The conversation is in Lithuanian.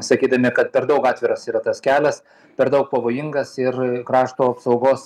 sakydami kad per daug atviras yra tas kelias per daug pavojingas ir krašto apsaugos